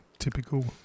typical